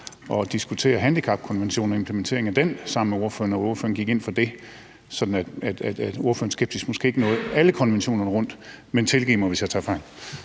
og diskutere handicapkonvention og implementeringen af den med ordføreren, og at ordføreren gik ind for det, sådan at ordførerens skepsis måske ikke nåede alle konventionerne rundt. Men tilgiv mig, hvis jeg tager fejl.